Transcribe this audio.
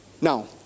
Now